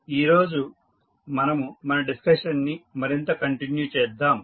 ఈరోజు మనము మన డిస్కషన్ ని మరింత కొనసాగిద్దాం